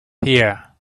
here